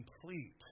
complete